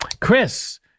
Chris